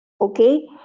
Okay